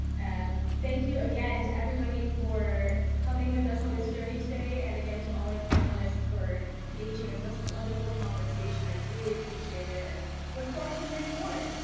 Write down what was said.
and thank you again to everybody for coming with us on this journey today, and again to all our panelists for engaging in such a wonderful conversation. i really appreciate it and look forward to many more.